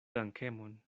dankemon